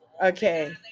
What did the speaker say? okay